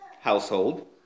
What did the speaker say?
household